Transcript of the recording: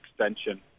extension